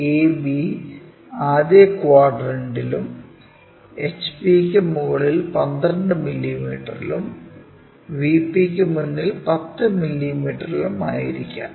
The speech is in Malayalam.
AB ആദ്യ ക്വാഡ്രന്റിലും HPക്ക് മുകളിൽ 12 മില്ലിമീറ്ററിലും VPക്ക് മുന്നിൽ 10 മില്ലീമീറ്ററിലും ആയിരിക്കാം